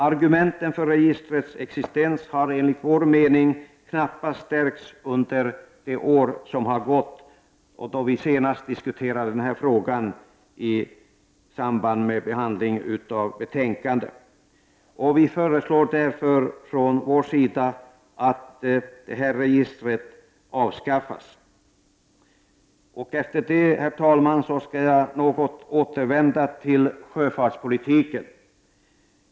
Argumenten för registrets existens har enligt vår mening knappast stärkts under det år som har gått sedan vi senast diskuterade den här frågan i samband med behandlingen av ett betänkande. Vi föreslår därför att registret avskaffas. Efter detta, herr talman, skall jag återvända till sjöfartspolitiken.